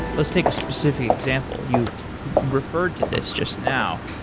let's take a specific example. you referred to this just now.